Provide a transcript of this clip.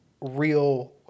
real